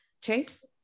chase